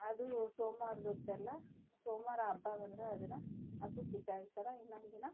ಅದು ಸೋಮವಾರದ ಹೊತ್ತೆಲ್ಲ ಸೋಮವಾರ ಹಬ್ಬ ಬಂದರೆ ಅದನ್ನು ಹಸು ಕಿಚ್ಚಾಯಿಸಲ್ಲ ಇನ್ನೊಂದಿನ